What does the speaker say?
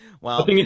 Wow